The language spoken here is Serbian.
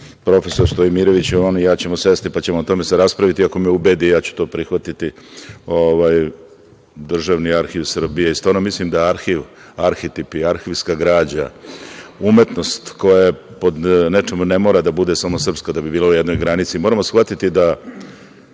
profesoru Stojmiroviću, on i ja ćemo sesti, pa ćemo o tome raspraviti i ako me ubedi, ja ću to prihvatiti, državni arhiv Srbije. Stvarno mislim da su arhitip i arhivska građana umetnost koja po nečemu ne mora da bude samo srpska da bi bila u jednoj granici. Moramo shvatiti da